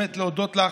באמת, להודות לך.